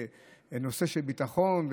נושא של ביטחון,